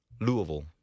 Louisville